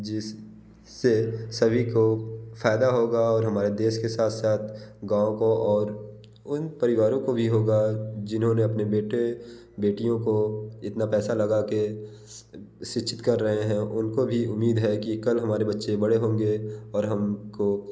जिससे सभी को फ़ायदा होगा और हमारे देश के साथ साथ गाँव को और उन परिवारों को भी होगा जिन्होंने अपने बेटे बेटियों को इतना पैसा लगा के शिक्षित कर रहे हैं उनको भी उम्मीद है कि कल हमारे बच्चे बड़े होंगे और हम को